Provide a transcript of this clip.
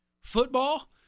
Football